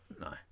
No